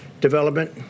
development